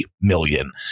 million